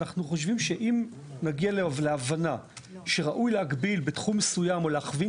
אנחנו חושבים שאם נגיע להבנה שראוי להגביל בתחום מסוים או להכווין